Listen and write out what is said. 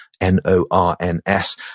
N-O-R-N-S